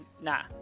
Nah